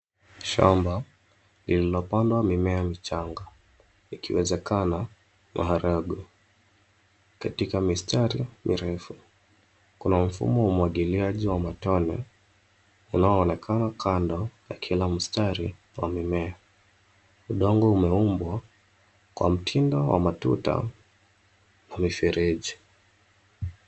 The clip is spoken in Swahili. Shamba lililopandwa mimea michanga, ikiwezekana maharagwe katika mistari mirefu. Kuna mfumo wa umwagiliaji wa matone unaoonekana kando ya kila mstari wa mimea. Udongo umeumbwa kwa mtindo wa matuta na mifereji.